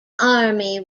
army